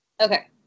Okay